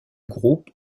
groupe